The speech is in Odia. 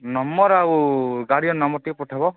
ନମ୍ବର୍ ଆଉ ଗାଡିର ନମ୍ବର୍ ଟିକେ ପଠାଇବ